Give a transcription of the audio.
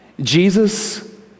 Jesus